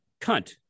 cunt